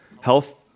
health